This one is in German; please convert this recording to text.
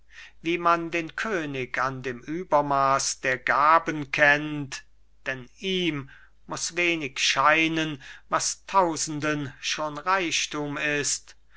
wie man den könig an dem übermaß der gaben kennt denn ihm muß wenig scheinen was tausenden schon reichthum ist